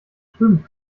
trüben